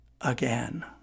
again